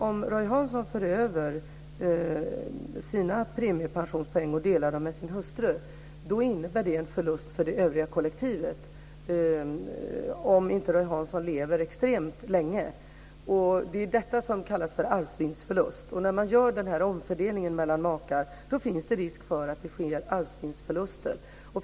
Om Roy Hansson för över sina premiepensionspoäng och delar dem med sin hustru innebär det en förlust för det övriga kollektivet om inte Roy Hansson lever extremt länge. Det är detta som kallas för arvsvinstförlust. När man gör denna omfördelning mellan makar finns det risk för att det sker arvsvinstförluster.